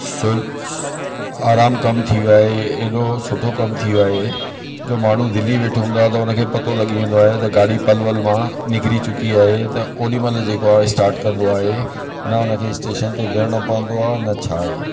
आराम कमु थी वयो आए एॾो सुठो कमु थी वियो आहे जो माण्हू दिल्ली वेठो हूंदो आहे त हुनखे पतो लॻी वेंदो आहे त गाॾी पलवल मां निकरी चुकी आहे त ओॾी महिल जेको आहे स्टाट कंदो आहे न उनखे स्टेशन ते वेहणो पवंदो आहे न छा आहे